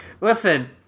Listen